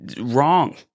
wrong